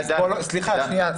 סליחה, שנייה.